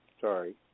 sorry